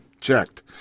checked